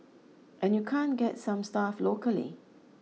and you can't get some stuff locally